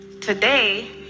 today